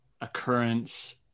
occurrence